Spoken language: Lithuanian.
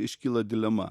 iškyla dilema